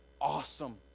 awesome